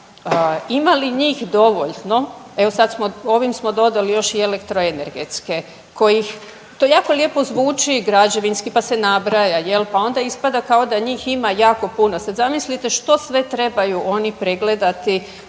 ima li njih dovoljno, evo sad smo, ovim smo dodali još i elektroenergetske kojih, to jako lijepo zvuči, građevinski, pa se nabraja, je li, pa onda ispada kao da njih ima jako puno, sad zamislite što sve trebaju oni pregledati,